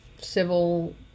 civil